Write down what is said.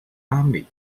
army